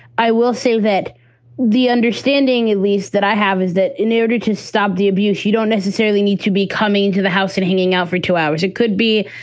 i will say that the understanding, at least that i have is that in order to stop the abuse, you don't necessarily need to be coming to the house and hanging out for two hours. it could be.